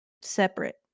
separate